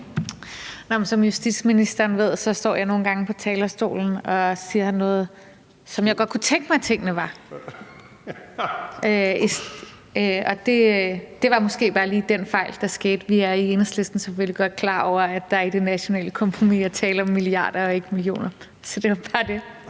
Som justitsministeren ved, står jeg nogle gange på talerstolen og siger det, sådan som jeg godt kunne tænke mig at tingene var, og det var måske bare lige den fejl, der skete. Vi er i Enhedslisten selvfølgelig godt klar over, at der i det nationale kompromis er tale om milliarder og ikke millioner. Så det var bare det,